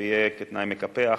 זה יהיה תנאי מקפח.